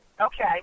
Okay